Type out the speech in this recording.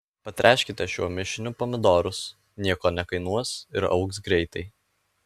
patręškite šiuo mišiniu pomidorus nieko nekainuos ir augs greitai